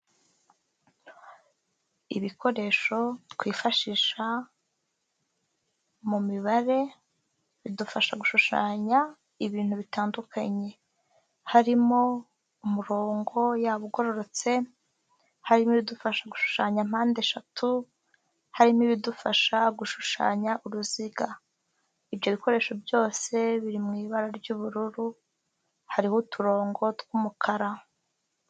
Ibikoresho twifashisha mu mibare bidufasha gushushanya ibintu bitandukanye, harimo umurongo y'aba ugororotse, harimo ibidufasha gushushanya mpandeshatu, harimo ibidufasha gushushanya uruziga. Ibyo bikoresho byose biri mu ibara ry'ubururu hariho uturongo tw'umukara.